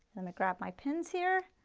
let me grab my pins here